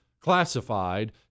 classified